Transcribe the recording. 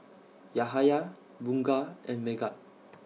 Yahaya Bunga and Megat